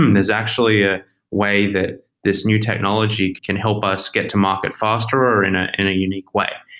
um there's actually a way that this new technology can help us get to market faster, or in ah in a unique way.